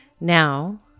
Now